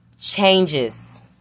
changes